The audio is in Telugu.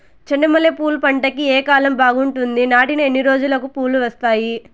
చెండు మల్లె పూలు పంట కి ఏ కాలం బాగుంటుంది నాటిన ఎన్ని రోజులకు పూలు వస్తాయి